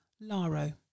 laro